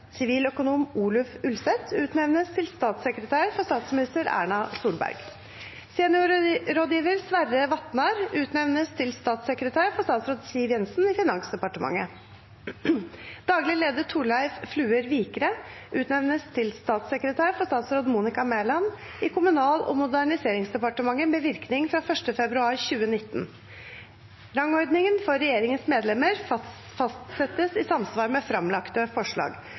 Sverre Vatnar utnevnes til statssekretær for statsråd Siv Jensen i Finansdepartementet. Daglig leder Thorleif Fluer Vikre utnevnes til statssekretær for statsråd Monica Mæland i Kommunal- og moderniseringsdepartementet med virking fra 1. februar 2019. Rangordningen for regjeringens medlemmer fastsettes i samsvar med framlagte forslag.